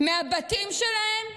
מהבתים שלהם.